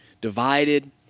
divided